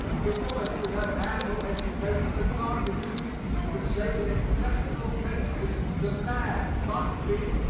the woman should have ample educational advantages but save in exceptional cases the man must be,